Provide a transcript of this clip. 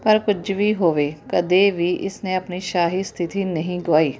ਪਰ ਕੁਝ ਵੀ ਹੋਵੇ ਕਦੇ ਵੀ ਇਸ ਨੇ ਆਪਣੀ ਸ਼ਾਹੀ ਸਥਿਤੀ ਨਹੀਂ ਗੁਆਈ